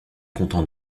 content